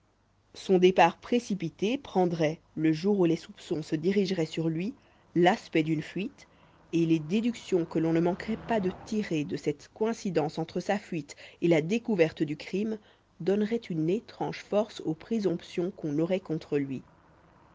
son départ précipité prendrait le jour où les soupçons se dirigeraient sur lui l'aspect d'une fuite et les déductions que l'on ne manquerait pas de tirer de cette coïncidence entre sa fuite et la découverte du crime donneraient une étrange force aux présomptions qu'on aurait contre lui